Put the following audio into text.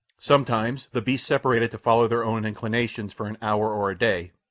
sometimes the beasts separated to follow their own inclinations for an hour or a day,